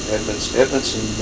Edmondson